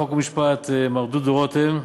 חוק ומשפט מר דודו רותם,